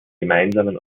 gemeinsamen